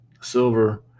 silver